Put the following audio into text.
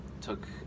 took